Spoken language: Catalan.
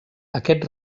aquest